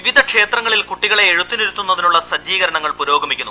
വിവിധ ക്ഷേത്രങ്ങളിൽ കുട്ടികളെ എഴുത്തിനിരുത്തുന്നതിനുള്ള സജ്ജീകരണങ്ങൾ പുരോഗമി ക്കുന്നു